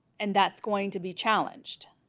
and that's going to be challenged